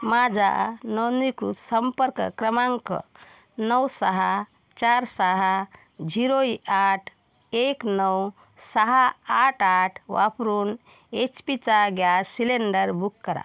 माझा नोंनीकृत संपर्क क्रमांक नऊ सहा चार सहा झिरोइ आठ एक नऊ सहा आठ आठ वापरून एच पीचा गॅस सिलेंडर बुक करा